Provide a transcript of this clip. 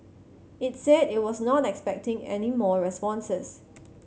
it said it was not expecting any more responses